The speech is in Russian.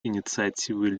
инициативы